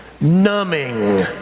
numbing